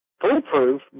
foolproof